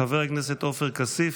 חבר הכנסת עופר כסיף,